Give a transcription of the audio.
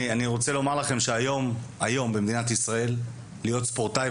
אני רוצה לומר לכם שהיום במדינת ישראל להיות ספורטאי,